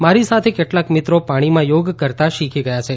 મારી સાથે રહિને કેટલાક મિત્રો પાણીમાં યોગ કરતા શીખી ગયા છે